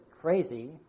crazy